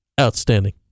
outstanding